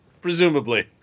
presumably